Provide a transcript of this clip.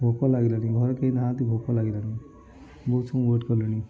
ଭୋକ ଲାଗିଲାଣି ଘରେ କେହି ନାହାନ୍ତି ଭୋକ ଲାଗିଲାଣି ବହୁତ ସମୟ ୱେଟ୍ କଲିଣି